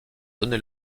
donné